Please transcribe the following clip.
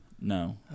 No